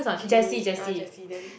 Jeanie uh Jessie then